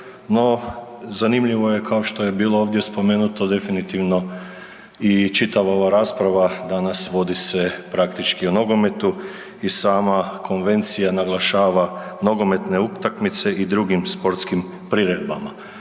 no zanimljivo je kao što je bilo ovdje spomenuto definitivno i čitava ova rasprava danas vodi se praktički o nogometu i sama konvencija naglašava nogometne utakmice i drugim sportskim priredbama.